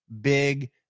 big